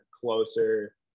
closer